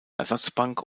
ersatzbank